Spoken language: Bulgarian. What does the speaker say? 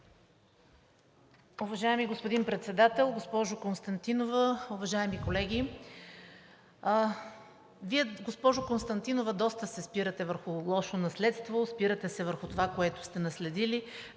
Уважаеми господин Председател, госпожо Константинова, уважаеми колеги! Госпожо Константинова, Вие доста се спирате върху лошо наследство, спирате се върху това, което сте наследили.